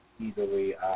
easily